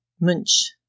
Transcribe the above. Munch